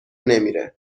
نمیره